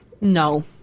No